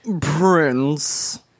Prince